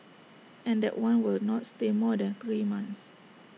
and that one will not stay more than three months